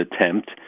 attempt